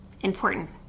important